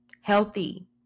Healthy